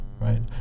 right